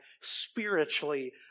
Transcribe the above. spiritually